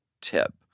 tip